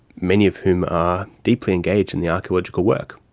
many of whom are deeply engaged in the archaeological work.